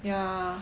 yeah